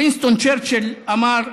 וינסטון צ'רצ'יל אמר: